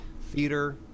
theater